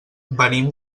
venim